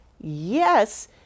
Yes